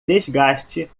desgaste